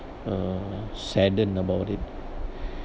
uh sadden about it